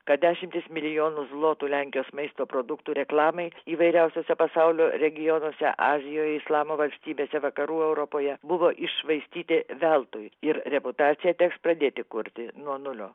kad dešimtis milijonų zlotų lenkijos maisto produktų reklamai įvairiausiuose pasaulio regionuose azijoje islamo valstybėse vakarų europoje buvo iššvaistyti veltui ir reputaciją teks pradėti kurti nuo nulio